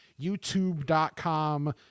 youtube.com